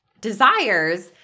desires